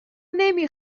نمی